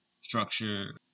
structure